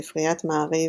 ספריית מעריב,